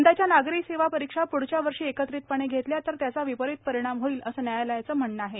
यंदाच्या नागरी सेवा परीक्षा प्ढच्या वर्षी एकत्रितपणे घेतल्या तर त्याचा विपरित परिणाम होईल असं न्यायालयाचं म्हणणं आहे